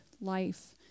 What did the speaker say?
life